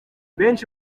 benshi